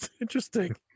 Interesting